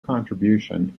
contribution